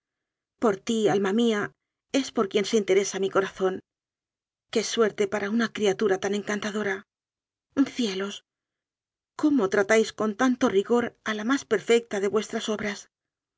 por ti alma mía es por quien se interesa mi corazón qué suerte para una criatura tan encantadora cielos cómo tra táis con tanto rigor a la más perfecta de vuestras obras